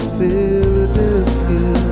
Philadelphia